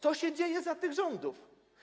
To się dzieje za tych rządów.